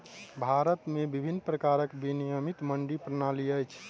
भारत में विभिन्न प्रकारक विनियमित मंडी प्रणाली अछि